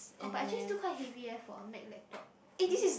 oh but actually still heavy eh for a Mac laptop is it